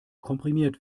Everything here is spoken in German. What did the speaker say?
komprimiert